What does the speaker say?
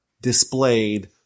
displayed